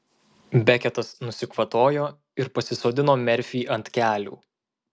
beketas nusikvatojo ir pasisodino merfį ant kelių